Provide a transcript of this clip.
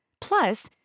Plus